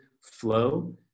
flow